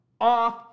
Off